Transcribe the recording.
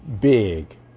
big